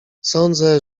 sądzę